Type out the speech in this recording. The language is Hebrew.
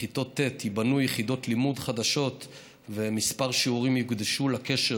בכיתות ט' ייבנו יחידות לימוד חדשות וכמה שיעורים יוקדשו לקשר